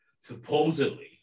supposedly